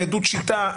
זה עדות שיטה,